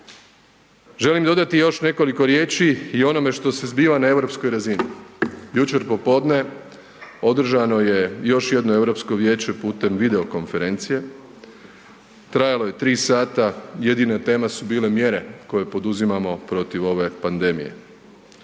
Želim dodati još nekoliko riječi i o onome što se zbiva na europskoj razini. Jučer popodne održano je još jedno Europsko vijeće putem video konferencije, trajalo je 3 sata, jedine tema su bile mjere koje poduzimamo protiv ove pandemije.